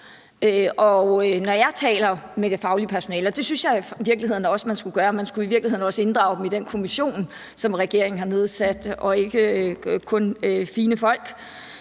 når jeg taler med det faglige personale – og jeg synes i virkeligheden også, man skulle inddrage dem i den kommission, som regeringen har nedsat, og ikke kun fine folk